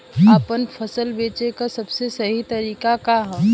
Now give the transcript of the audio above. आपन फसल बेचे क सबसे सही तरीका का ह?